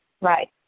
right